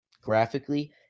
graphically